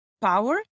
power